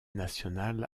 nationale